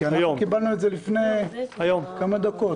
קיבלנו את זה לפני כמה דקות.